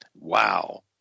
Wow